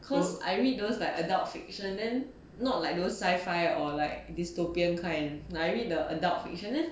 cause I read those like adult fiction and not like those sci-fi or like dystopian kind I read the adult fiction